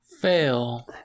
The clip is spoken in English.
Fail